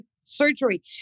surgery